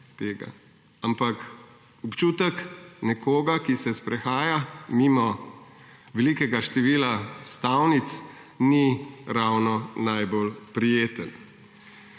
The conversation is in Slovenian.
ampak občutek nekoga, ki se sprehaja mimo velikega števila stavnic, ni ravno najbolj prijeten.